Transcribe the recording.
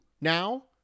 now